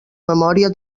memòria